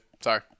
Sorry